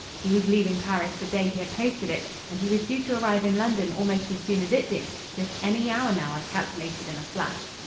he was leaving paris the day he had posted it, and he was due to arrive in london almost as soon as it did, just any hour now i calculated in a flash.